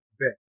bet